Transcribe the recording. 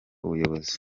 ubuyobozi